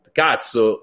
cazzo